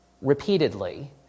repeatedly